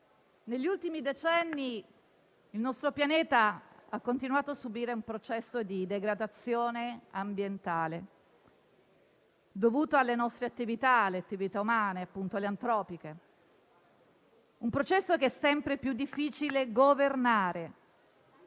negli ultimi decenni il nostro pianeta ha continuato a subire un processo di degradazione ambientale dovuto alle nostre attività, ossia le attività umane, antropiche. Si tratta di un processo sempre più difficile da governare.